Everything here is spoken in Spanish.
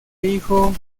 hijo